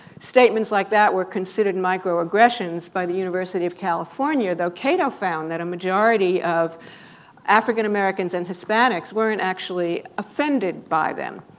statements like that were considered microaggressions by the university of california, though cato found that a majority of african-americans and hispanics weren't actually offended by them.